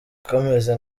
kameze